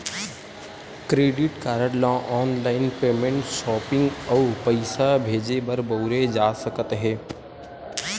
credit card ल online payment, shopping अउ पइसा भेजे बर बउरे जा सकत हे